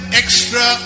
extra